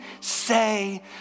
say